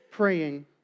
praying